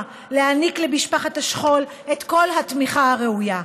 להעניק למשפחת השכול את כל התמיכה הראויה.